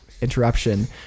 interruption